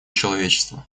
человечества